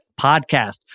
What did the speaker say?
podcast